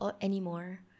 anymore